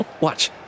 Watch